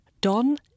Don